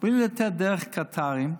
בלי לתת דרך הקטארים,